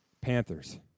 Panthers